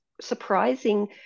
surprising